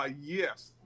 Yes